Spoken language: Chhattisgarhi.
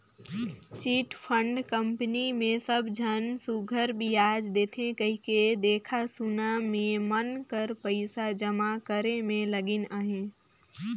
चिटफंड कंपनी मे सब झन सुग्घर बियाज देथे कहिके देखा सुना में मन कर पइसा जमा करे में लगिन अहें